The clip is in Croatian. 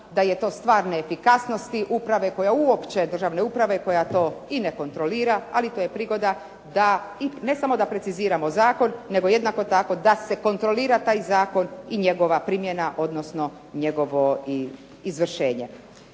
da je to stvar neefikasnosti koja uopće državne uprave koja to ne kontrolira ali to je prigoda da ne samo da preciziramo Zakon nego jednako tako da se kontrolira taj zakon i njegova primjena i njegovo izvršenje.